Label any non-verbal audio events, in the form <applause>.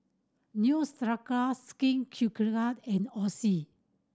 Neostrata Skin <unintelligible> and Oxy